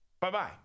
Bye-bye